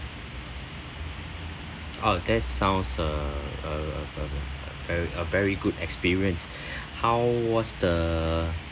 orh that's sound a a a ver~ a very good experience how was the